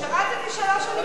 שירתי שלוש שנים בצבא.